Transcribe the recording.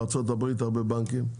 בארה"ב יש הרבה בנקים,